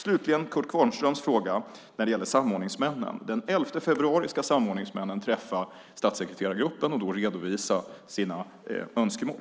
Slutligen vill jag som svar på Kurt Kvarnströms fråga säga att den 11 februari ska samordningsmännen träffa statssekreterargruppen och redovisa sina önskemål.